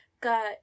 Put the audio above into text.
got